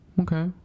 Okay